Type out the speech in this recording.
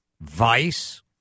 vice